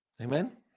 Amen